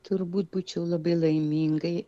turbūt būčiau labai laimingai